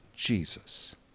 Jesus